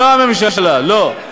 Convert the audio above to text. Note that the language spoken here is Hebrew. לא הממשלה, לא.